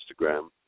Instagram